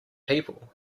people